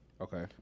Okay